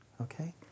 Okay